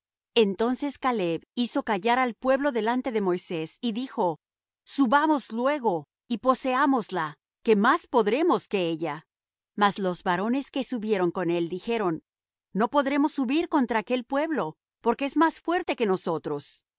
entonces caleb hizo callar el pueblo delante de moisés y dijo subamos luego y poseámosla que más podremos que ella mas los varones que subieron con él dijeron no podremos subir contra aquel pueblo porque es más fuerte que nosotros